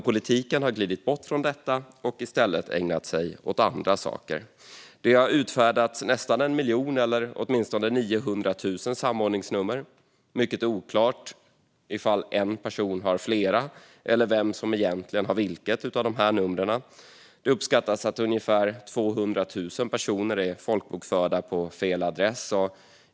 Politiken har dock glidit bort från detta och i stället ägnat sig åt andra saker. Det har utfärdats nästan 1 miljon, eller åtminstone 900 000, samordningsnummer. Det är mycket oklart ifall en enskild person har flera eller vem som egentligen har vilket av dessa nummer. Det uppskattas att ungefär 200 000 personer är folkbokförda på fel adress.